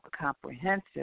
comprehensive